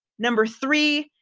numbers. three,